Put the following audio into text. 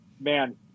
Man